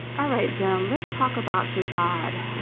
all right, ben, um let's talk about shahzad